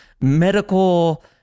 medical